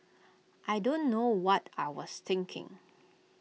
I don't know what I was thinking